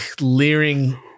leering